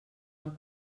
del